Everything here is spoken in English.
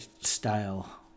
style